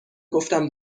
گفتم